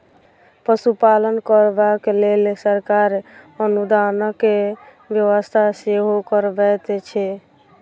पशुपालन करबाक लेल सरकार अनुदानक व्यवस्था सेहो करबैत छै